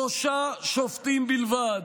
שלושה שופטים בלבד,